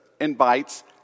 invites